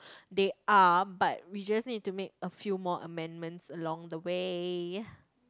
they are but we just need to make a few more amendments along the way